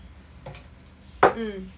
mm